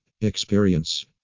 Experience